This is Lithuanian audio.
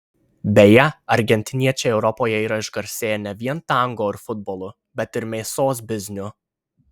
beje argentiniečiai europoje yra išgarsėję ne vien tango ir futbolu bet ir mėsos bizniu